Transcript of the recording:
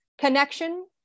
connection